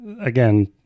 again